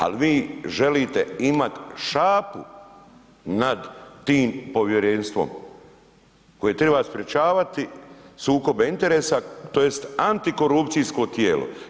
Ali vi želite imati šapu nad tim povjerenstvom koje treba sprječavati sukobe interesa tj. antikorupcijsko tijelo.